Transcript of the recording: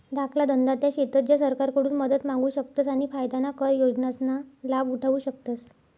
धाकला धंदा त्या शेतस ज्या सरकारकडून मदत मांगू शकतस आणि फायदाना कर योजनासना लाभ उठावु शकतस